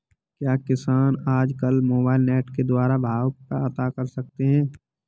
क्या किसान आज कल मोबाइल नेट के द्वारा भाव पता कर सकते हैं?